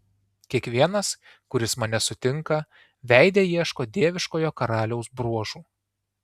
kiekvienas kuris mane sutinka veide ieško dieviškojo karaliaus bruožų